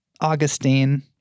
Augustine